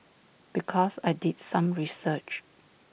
because I did some research